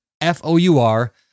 F-O-U-R